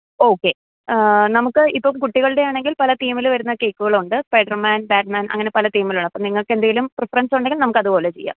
okay നമുക്ക് ഇപ്പം കുട്ടികളുടെ ആണെങ്കിൽ പല തീമില് വരുന്ന കേക്കുകളുണ്ട് സ്പൈഡർ മാൻ ബാറ്റ് മാൻ അങ്ങനെ പല തീമിലുണ്ട് അപ്പം നിങ്ങൾക്ക് എന്തേലും പ്രിഫെറെൻസ് ഉണ്ടെങ്കിൽ നമുക്ക് അതുപോലെ ചെയ്യാം